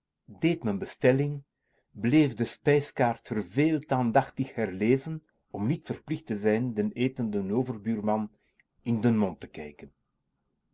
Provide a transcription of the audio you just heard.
m'n bestelling bleef de spijskaart verveeld aandachtig herlezen om niet verplicht te zijn den etenden overbuurman in den mond te kijken